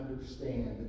understand